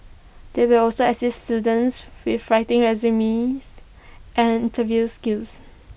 they will also assist students with writing resumes and interview skills